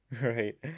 Right